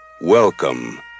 welcome